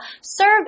serve